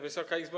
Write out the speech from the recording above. Wysoka Izbo!